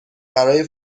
برای